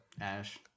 Ash